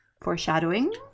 Foreshadowing